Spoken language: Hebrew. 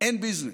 אין ביזנס.